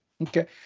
okay